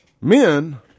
Men